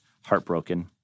heartbroken